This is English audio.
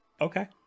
okay